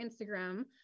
instagram